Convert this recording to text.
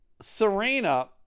Serena